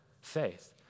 faith